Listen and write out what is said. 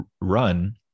run